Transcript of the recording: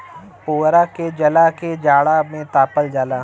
पुवरा के जला के जाड़ा में तापल जाला